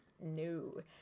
No